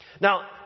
Now